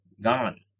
gone